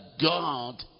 God